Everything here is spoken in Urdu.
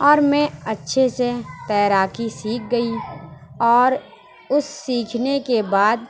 اور میں اچھے سے تیراکی سیکھ گئی اور اُس سیکھنے کے بعد